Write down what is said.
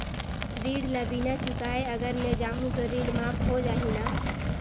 ऋण ला बिना चुकाय अगर मै जाहूं तो ऋण माफ हो जाही न?